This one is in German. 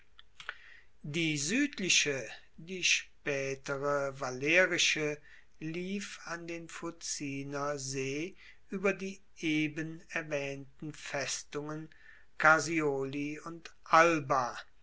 die suedliche die spaetere valerische lief an den fuciner see ueber die eben erwaehnten festungen carsioli und alba